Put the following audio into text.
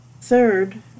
Third